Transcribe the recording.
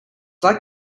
like